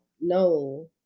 no